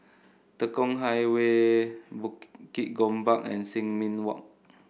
Tekong Highway Bukit Gombak and Sin Ming Walk